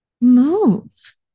Move